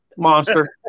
Monster